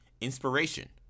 inspiration